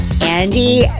Andy